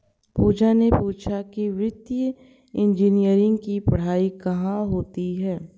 पूजा ने पूछा कि वित्तीय इंजीनियरिंग की पढ़ाई कहाँ होती है?